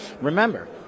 Remember